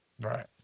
Right